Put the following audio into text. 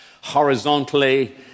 horizontally